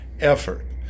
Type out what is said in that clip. effort